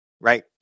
right